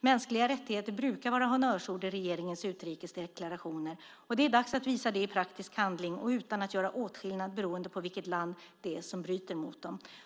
Mänskliga rättigheter brukar vara honnörsord i regeringens utrikesdeklarationer. Det är dags att visa det i praktisk handling och utan att göra åtskillnad beroende på vilket land det är som bryter mot dem.